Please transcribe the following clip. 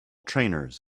trainers